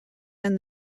and